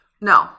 No